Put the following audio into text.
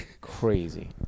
Crazy